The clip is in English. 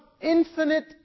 infinite